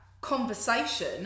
conversation